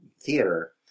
theater